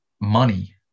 money